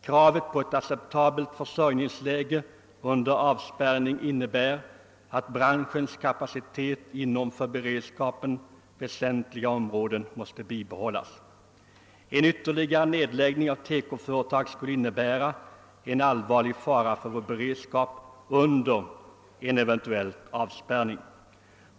Kravet på ett acceptabelt försörjningsläge under avspärrning innebär att branschens kapacitet inom för beredskapen väsentliga områden måste bibehållas. En ytterligare nedläggning av TEKO-företag skulle innebära en allvarlig fara för vår beredskap inför en eventuell avspärrning.